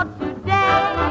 today